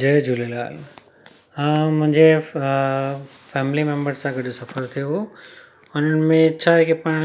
जय झूलेलाल अ मुंहिंजे अ फैमिली मेंबर सां गॾु सफ़र थियो उन्हनि में छा आहे की पाण